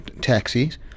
taxis